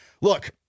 Look